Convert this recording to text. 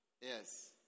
yes